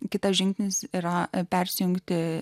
kitas žingsnis yra persijungti